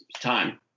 time